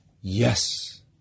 yes